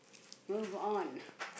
move on